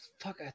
fuck